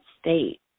state